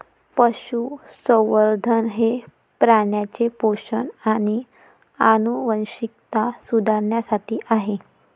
पशुसंवर्धन हे प्राण्यांचे पोषण आणि आनुवंशिकता सुधारण्यासाठी आहे